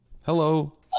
Hello